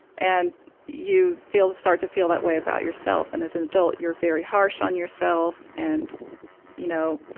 and you feel start to feel that way about yourself and as an adult you're very harsh on yourself and you know,